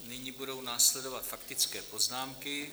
Nyní budou následovat faktické poznámky.